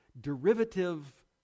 derivative